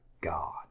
God